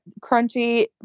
crunchy